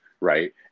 right